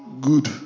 good